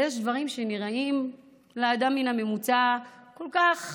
יש דברים שנראים לאדם הממוצע כל כך